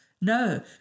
No